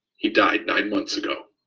he died nine months ago.